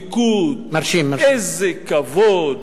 איזו דבקות, איזה כבוד,